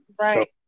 Right